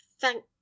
thank